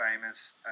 famous